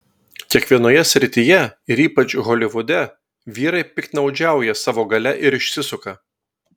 kiekvienoje srityje ir ypač holivude vyrai piktnaudžiauja savo galia ir išsisuka